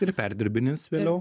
turi perdirbinius vėliau